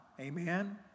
Amen